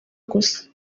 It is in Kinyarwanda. gusa